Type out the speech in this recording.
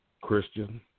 Christian